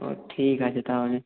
ও ঠিক আছে তাহলে